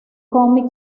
cómic